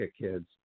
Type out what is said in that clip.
kids